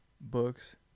books